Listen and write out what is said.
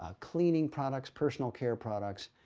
ah cleaning products, personal care products,